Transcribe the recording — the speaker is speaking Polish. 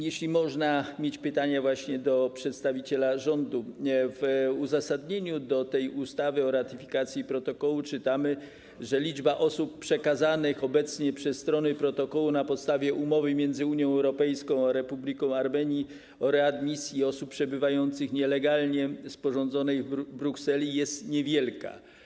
Jeśli można mieć pytania do przedstawiciela rządu, w uzasadnieniu do tej ustawy o ratyfikacji protokołu czytamy, że liczba osób przekazanych obecnie przez strony protokołu na podstawie umowy między Unią Europejską a Republiką Armenii o readmisji osób przebywających nielegalnie, sporządzonej w Brukseli, jest niewielka.